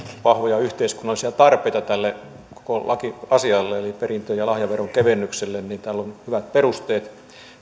vahvoja yhteiskunnallisia tarpeita tälle koko lakiasialle eli perintö ja lahjaveron kevennykselle niin tälle on hyvät perusteet